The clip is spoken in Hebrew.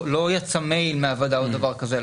לא יצא מייל מהוועדה על דבר כזה.